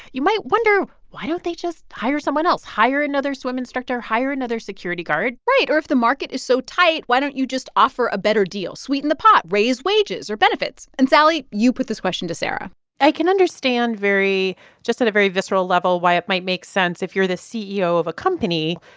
you might wonder, why don't they just hire someone else? hire another swim instructor. hire another security guard right. or if the market is so tight, why don't you just offer a better deal? sweeten the pot. raise wages or benefits. and, sally, you put this question to sarah i can understand very just at a very visceral level why it might make sense if you're the ceo of a company,